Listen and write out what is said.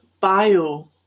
bio